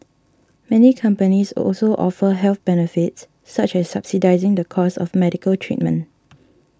many companies also offer health benefits such as subsidising the cost of medical treatment